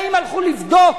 האם הלכו לבדוק,